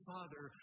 Father